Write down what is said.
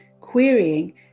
querying